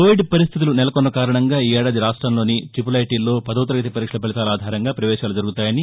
Covid పరిస్థితులు నెలకొన్న కారణంగా ఈఏడాది రాష్టం లోని ట్రిపుల్ ఐటీ లో పదవ తరగతి పరీక్షల ఫలితాల ఆధారంగా పవేశాలు జరుగుతాయని